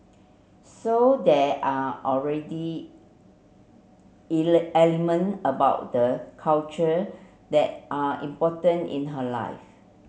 so there are already element about the culture that are important in her life